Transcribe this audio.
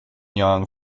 yang